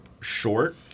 short